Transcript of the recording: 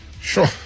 Sure